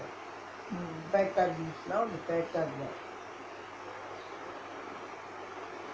mm